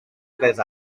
tres